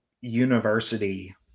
university